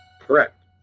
Correct